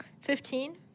Fifteen